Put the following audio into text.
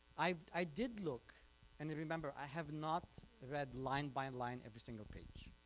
i i did look and remember i have not read line by and line every single page,